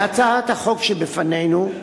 בהצעת החוק שבפנינו,